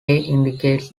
indicates